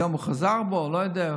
היום הוא חזר בו, לא יודע.